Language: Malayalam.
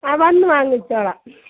ആ വന്ന് വാങ്ങിച്ചോളാം